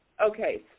Okay